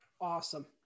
Awesome